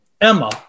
Emma